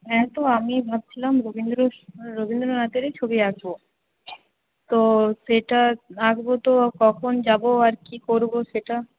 হ্যাঁ তো আমি ভাবছিলাম রবীন্দ্র রবীন্দ্রনাথেরই ছবি আঁকব তো সেটা আঁকব তো কখন যাব আর কী করব সেটা